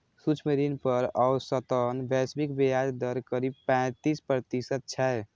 सूक्ष्म ऋण पर औसतन वैश्विक ब्याज दर करीब पैंतीस प्रतिशत छै